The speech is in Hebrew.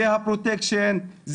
הפרוטקשן,